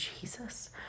Jesus